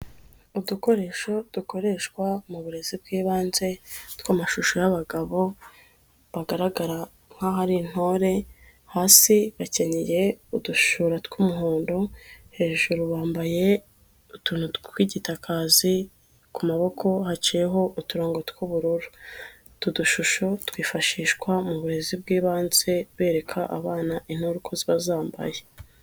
Udukoresho dukoreshwa mu burezi bw'ibanze, tw'amashusho y'abagabo bagaragara nk'aho ari intore, hasi bakeneye udushura tw'umuhondo, hejuru bambaye utu tw'igitakazi, ku maboko haciyeho uturongogo tw'ubururu. Utu dushusho twifashishwa mu burezi bw'ibanze bereka abana intore uko ziba zambaye.